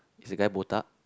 is the guy botak